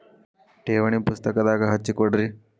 ಠೇವಣಿ ಪುಸ್ತಕದಾಗ ಹಚ್ಚಿ ಕೊಡ್ರಿ